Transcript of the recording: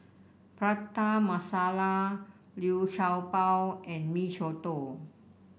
Prata Masala Liu Sha Bao and Mee Soto